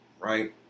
right